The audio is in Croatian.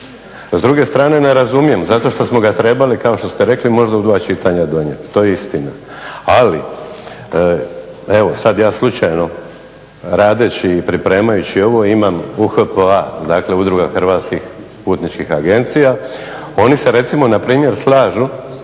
S druge strane ne razumijem, zato što smo ga trebali kao što ste rekli možda u dva čitanja donijeti. To je istina. Ali evo sad ja slučajno radeći i pripremajući ovo imam UHPA, dakle Udruga hrvatskih putničkih agencija. Oni se recimo na primjer slažu